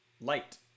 Light